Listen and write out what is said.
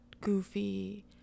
goofy